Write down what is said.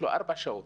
ארבע שעות,